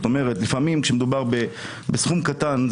לפעמים כשמדובר בסכום קטן,